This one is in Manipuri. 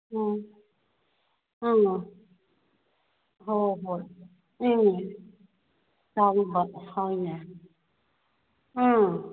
ꯎꯝ ꯎꯝ ꯍꯣ ꯍꯣ ꯍꯣꯏ ꯎꯝ ꯇꯥꯡꯏꯕ ꯍꯣꯏꯅꯦ ꯎꯝ